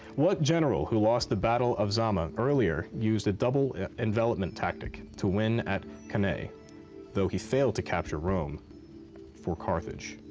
what general, who lost the battle of zama earlier, used a double-envelopment tactic to win at cannae though he failed to capture rome for carthage?